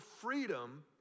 freedom